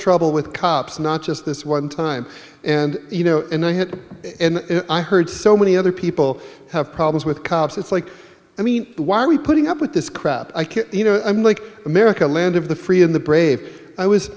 trouble with cops not just this one time and you know i heard so many other people have problems with cops it's like i mean why are we putting up with this crap you know i'm like america land of the free in the brave i was